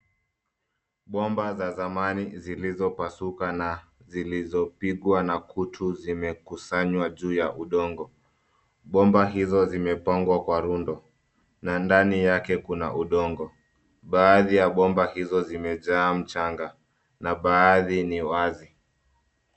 Bomba za zamani zilizopasuka na zilizopigwa na kutu zimekusanywa juu ya udongo. Bomba hizo zimepangwa kwa rundo na ndani yake kuna udongo. Baadhi ya bomba hizo zimejaa mchanga na baadhi ni wazi.